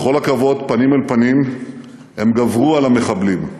בכל הכבוד, פנים אל פנים הם גברו על המחבלים.